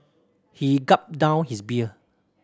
he gulped down his beer